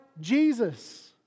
Jesus